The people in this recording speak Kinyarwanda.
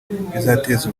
bizateza